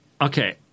okay